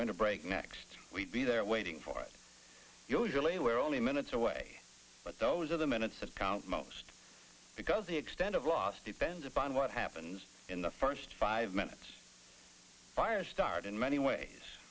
going to break next we'd be there waiting for it usually we're only minutes away but those are the minutes of count most because the extent of loss depends upon what happens in the first five minutes fire start in many ways